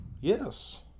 Yes